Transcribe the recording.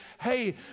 Hey